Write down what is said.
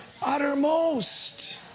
uttermost